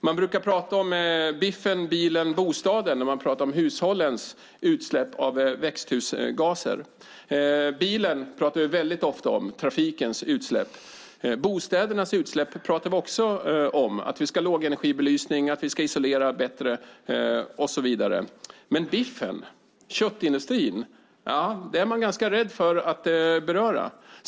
Man brukar tala om biffen, bilen och bostaden när man talar om hushållens utsläpp av växthusgaser. Bilens utsläpp talar vi ofta om. Bostädernas utsläpp talar vi också om, att vi ska ha lågenergibelysning, att vi ska isolera bättre och så vidare. Biffen, det vill säga köttindustrin, är vi dock ganska rädda för att beröra.